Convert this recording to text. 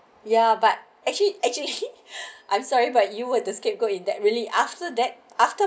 ya but actually actually I'm sorry but you was the scapegoat in that really after that